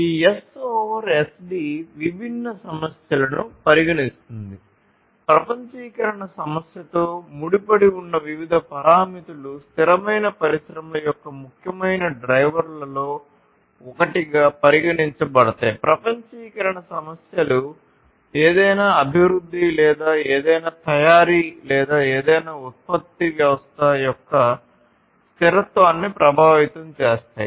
ఈ S over SD విభిన్న సమస్యలను పరిగణిస్తుంది ప్రపంచీకరణ సమస్యతో ముడిపడి ఉన్న వివిధ పారామితులు స్థిరమైన పరిశ్రమల యొక్క ముఖ్యమైన డ్రైవర్లలో ఒకటిగా పరిగణించబడతాయి ప్రపంచీకరణ సమస్యలు ఏదైనా అభివృద్ధి లేదా ఏదైనా తయారీ లేదా ఏదైనా ఉత్పత్తి వ్యవస్థ యొక్క స్థిరత్వాన్ని ప్రభావితం చేస్తాయి